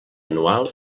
anual